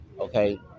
Okay